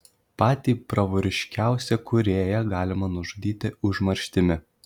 patį bravūriškiausią kūrėją galima nužudyti užmarštimi